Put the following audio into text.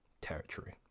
territory